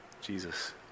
Jesus